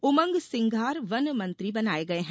उमंग सिंघार वन मंत्री बनाये गये है